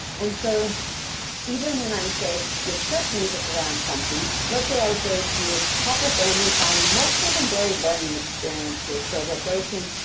and so even when i say, you have shark music around something, let's say i say to you, help the ah family find multiple and varied learning experiences so that they can